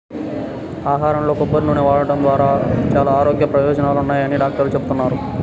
ఆహారంలో కొబ్బరి నూనె వాడటం ద్వారా చాలా ఆరోగ్య ప్రయోజనాలున్నాయని డాక్టర్లు చెబుతున్నారు